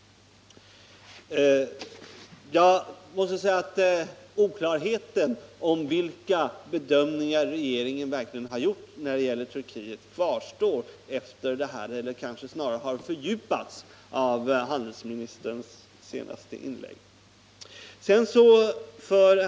Oklarheten om vilka bedömningar regeringen verkligen har gjort när det gäller Turkiet kvarstår — de har snarare fördjupats — efter handelsministerns senaste inlägg.